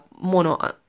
mono